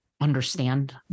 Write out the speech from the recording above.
understand